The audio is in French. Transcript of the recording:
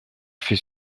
fait